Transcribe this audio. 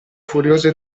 furioso